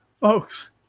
Folks